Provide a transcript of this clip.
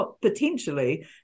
potentially